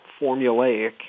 formulaic